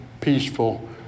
peaceful